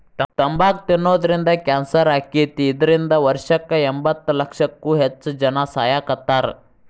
ತಂಬಾಕ್ ತಿನ್ನೋದ್ರಿಂದ ಕ್ಯಾನ್ಸರ್ ಆಕ್ಕೇತಿ, ಇದ್ರಿಂದ ವರ್ಷಕ್ಕ ಎಂಬತ್ತಲಕ್ಷಕ್ಕೂ ಹೆಚ್ಚ್ ಜನಾ ಸಾಯಾಕತ್ತಾರ